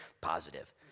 Positive